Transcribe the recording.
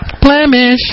blemish